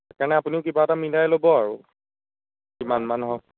সেইকাৰণে আপুনিও কিবা এটা মিলাই ল'ব আৰু কিমানমান হওক